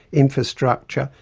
infrastructure,